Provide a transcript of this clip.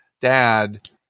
dad